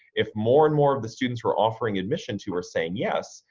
if more and more of the students we're offering admissions who are saying yes,